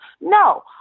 No